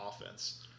offense